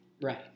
Right